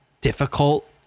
difficult